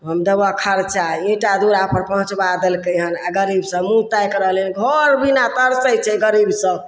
हम देबऽ खर्चा ईटा दुरापर पहुँचबा देलकय हन आओर गरीब सभ मुँह ताकि रहलय हँ घर बिना तरसै छै गरीब सभ